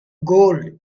gold